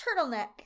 turtleneck